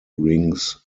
rings